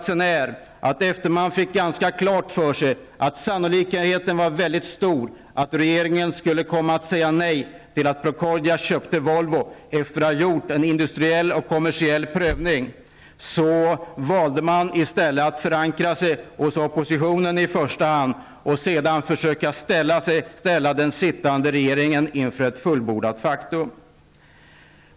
Sedan man fått klart för sig att sannolikheten var stor att regeringen -- efter att ha gjort en industriell-kommersiell prövning -- skulle komma att säga nej till att Procordia köpte Volvo, valde man att i stället förankra sig hos oppositionen i första hand och sedan försöka ställa den sittande regeringen inför ett fullbordat faktum.